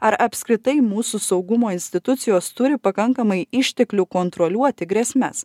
ar apskritai mūsų saugumo institucijos turi pakankamai išteklių kontroliuoti grėsmes